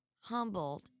humbled